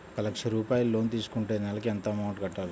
ఒక లక్ష రూపాయిలు లోన్ తీసుకుంటే నెలకి ఎంత అమౌంట్ కట్టాలి?